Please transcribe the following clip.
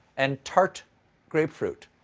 and tart grapefruit.